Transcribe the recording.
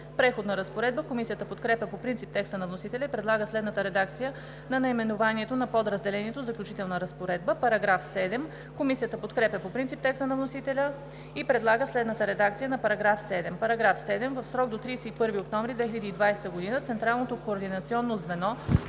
„Преходна разпоредба“. Комисията подкрепя по принцип текста на вносителя и предлага следната редакция на наименованието на подразделението: „Заключителна разпоредба“. Комисията подкрепя по принцип текста на вносителя и предлага следната редакция на § 7: „§ 7. В срок до 31 октомври 2020 г. Централното координационно звено